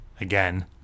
again